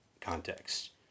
context